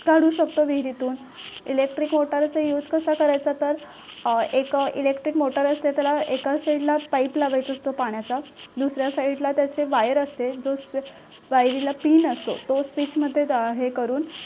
काढू शकतो विहिरीतून इलेक्ट्रिक मोटारचा युज कसा करायचा तर एक इलेक्ट्रिक मोटार असते त्याला एका सईडला पाईप लावायचा असतो पाण्याचा दुसऱ्या साईडला त्याची वायर असते जो स्विच वायरीला पिन असतो तो स्विचमध्ये द हे करून